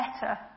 better